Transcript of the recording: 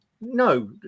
No